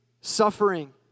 suffering